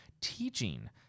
teaching